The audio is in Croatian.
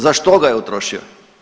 Za što ga je utrošio?